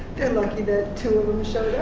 they're lucky that two of them so